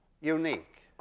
unique